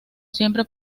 siempre